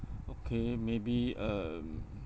okay maybe um